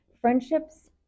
Friendships